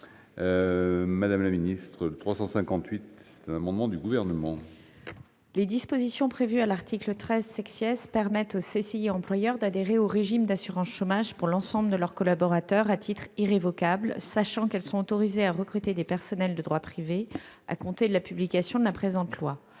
Mme la secrétaire d'État. Les dispositions prévues à l'article 13 permettront aux CCI employeurs d'adhérer au régime d'assurance chômage pour l'ensemble de leurs collaborateurs, à titre irrévocable, sachant qu'elles seront autorisées à recruter des personnels de droit privé à compter de la publication du présent